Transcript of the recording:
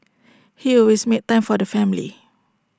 he always made time for the family